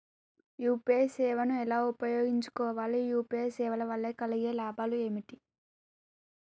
UPI సేవను ఎలా ఉపయోగించు కోవాలి? యూ.పీ.ఐ సేవల వల్ల కలిగే లాభాలు ఏమిటి?